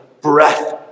breath